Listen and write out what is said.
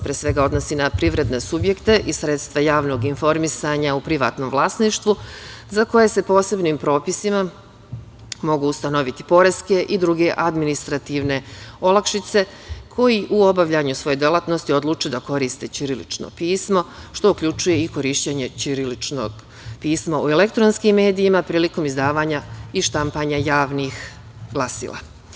Pre svega, to se odnosi i na privredne subjekte i sredstva javnog informisanja u privatnom vlasništvu za koje se posebnim propisima mogu ustanoviti poreske i druge administrativne olakšice koji u obavljanju svoje delatnosti odluče da koriste ćirilično pismo, što uključuje i korišćenje ćiriličnog pisma u elektronskim medijima prilikom izdavanja i štampanja javnih glasila.